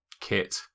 kit